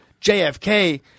JFK